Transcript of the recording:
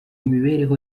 mibereho